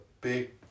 big